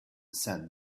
said